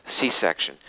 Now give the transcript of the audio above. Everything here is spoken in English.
C-section